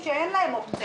בהתאם להחלטת ממשלה